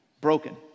broken